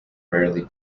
rarely